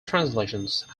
translations